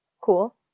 cool